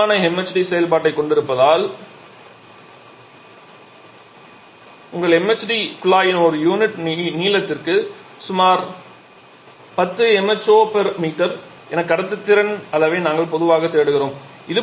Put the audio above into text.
பொருத்தமான MHD செயல்பாட்டைக் கொண்டிருப்பதால் உங்கள் MHD குழாயின் ஒரு யூனிட் நீளத்திற்கு சுமார் 10 mhom என்ற கடத்துத்திறன் அளவை நாங்கள் பொதுவாக தேடுகிறோம்